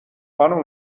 خانم